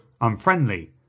unfriendly